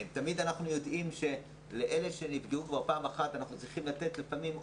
אנחנו יודעים שלאלה שנפגעו כבר פעם אחת אנחנו צריכים לתת לפעמים "אובר"